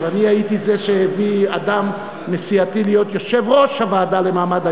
אני הייתי זה שהביא אדם מסיעתו להיות יושב-ראש הוועדה למעמד האישה,